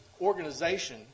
organization